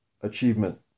achievement